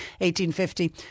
1850